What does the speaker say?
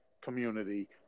community